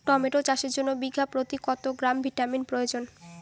Tomato চাষের জন্য বিঘা প্রতি কত গ্রাম ভিটামিন প্রয়োজন?